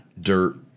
dirt